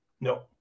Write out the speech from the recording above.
No